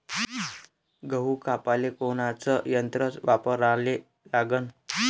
गहू कापाले कोनचं यंत्र वापराले लागन?